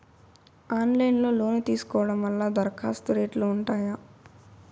Online లో loan తీసుకోవడం వల్ల దరఖాస్తు రేట్లు ఉంటాయా?